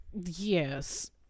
yes